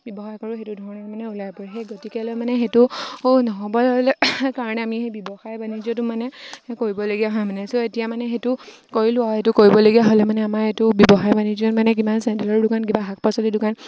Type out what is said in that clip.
ব্যৱসায় কৰোঁ সেইটো ধৰণে মানে ওলাই পৰে সেই গতিকেলৈ মানে সেইটো নহ'বলৈ হ'লে কাৰণে আমি সেই ব্যৱসায় বাণিজ্যটো মানে কৰিবলগীয়া হয় মানে ছ' এতিয়া মানে সেইটো কৰিলোঁ আৰু সেইটো কৰিবলগীয়া হ'লে মানে আমাৰ এইটো ব্যৱসায় বাণিজ্যত মানে কিমান চেণ্ডেলৰ দোকান কিবা শাক পাচলিৰ দোকান